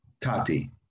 Tati